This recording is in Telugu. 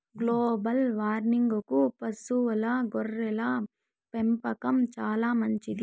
గ్లోబల్ వార్మింగ్కు పశువుల గొర్రెల పెంపకం చానా మంచిది